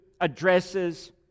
addresses